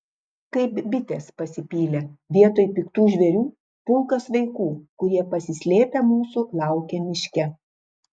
kaip bitės pasipylė vietoj piktų žvėrių pulkas vaikų kurie pasislėpę mūsų laukė miške